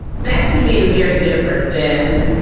that, to me is very different than,